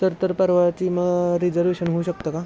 तर तर परवाची म रिजर्वेशन होऊ शकतं का